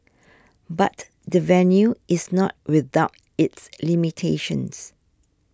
but the venue is not without its limitations